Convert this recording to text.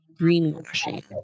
greenwashing